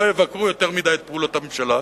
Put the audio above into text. לא יבקרו יותר מדי את פעולות הממשלה,